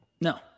No